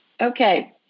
Okay